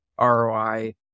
ROI